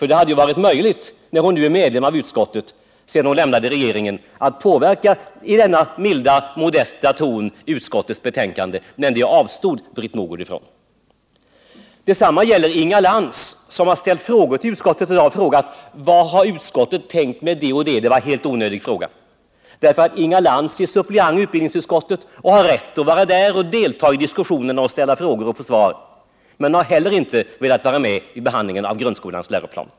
Det hade ju varit möjligt för henne, när hon nu är medlem av utskottet sedan hon lämnade regeringen, att i denna milda och modesta ton påverka utskottets betänkande. Men det avstod Britt Mogård från. Detsamma gäller Inga Lantz, som har ställt frågor till utskottet: Vad har utskottet tänkt med det och det? Det var helt onödiga frågor, därför att Inga Lantz är suppleant i utbildningsutskottet, har rätt att vara med och delta i diskussionerna och ställa frågor och få svar. Men hon har heller inte velat vara med vid behandlingen av grundskolans läroplan.